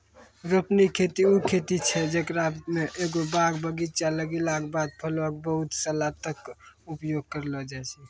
रोपनी खेती उ खेती छै जेकरा मे एगो बाग बगीचा लगैला के बाद फलो के बहुते सालो तक उपजा करलो जाय छै